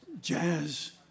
jazz